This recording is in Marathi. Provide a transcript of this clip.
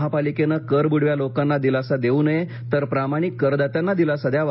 महापालिकेनं करबुडव्या लोकांना दिलासा देऊ नये तर प्रामाणिक करदात्यांना दिलासा द्यावा